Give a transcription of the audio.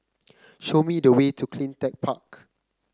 show me the way to CleanTech Park